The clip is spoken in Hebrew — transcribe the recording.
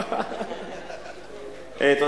לא רק את שמי, את תוארי.